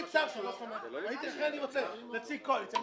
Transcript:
לא.